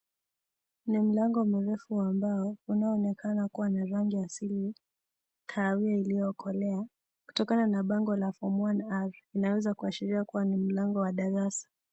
Ni mlango mrefu wa mbao unaonekana kuwa ya rangi ya asili kahawia iliyokolea. Kutokana na bango la form 1R, inaweza kuashiria kwamba ni mlango wa darasa.